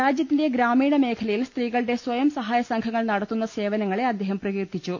രാജ്യത്തിന്റെ ഗ്രാമീണ മേഖലയിൽ സ്ത്രീകളുടെ സ്വയംസ ഹായസംഘങ്ങൾ നടത്തുന്ന സേവനങ്ങളെ അദ്ദേഹം പ്രകീർത്തി ച്ചു